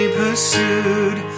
pursued